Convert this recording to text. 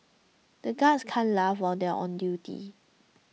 the guards can't laugh where they are on duty